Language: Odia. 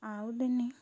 ଆଉ ଦିନେ